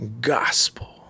gospel